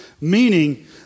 meaning